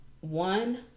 one